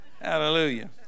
Hallelujah